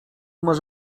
masz